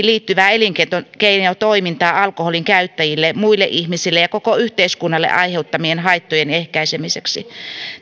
liittyvää elinkeinotoimintaa alkoholin käyttäjille muille ihmisille ja koko yhteiskunnalle aiheuttamien haittojen ehkäisemiseksi